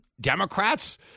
Democrats